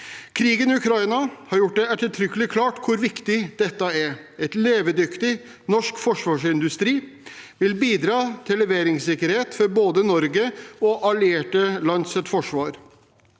Krigen i Ukraina har gjort det ettertrykkelig klart hvor viktig dette er. En levedyktig norsk forsvarsindustri vil bidra til leveringssikkerhet for både Norge og allierte lands forsvar.